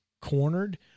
cornered